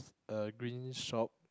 a green shop